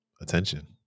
attention